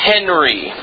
Henry